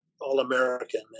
all-american